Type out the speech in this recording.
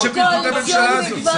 מזל שפירקו את הממשלה הזו.